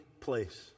place